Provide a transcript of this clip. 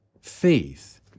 faith